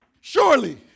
Surely